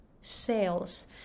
sales